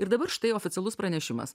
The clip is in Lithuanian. ir dabar štai oficialus pranešimas